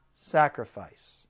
sacrifice